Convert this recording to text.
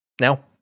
Now